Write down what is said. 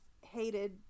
hated